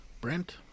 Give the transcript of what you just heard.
Brent